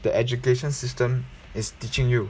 the education system is teaching you